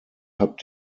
habt